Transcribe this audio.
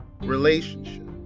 relationship